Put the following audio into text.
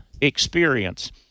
experience